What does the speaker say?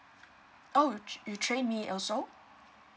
oh you train me also